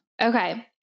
Okay